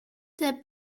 der